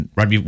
Right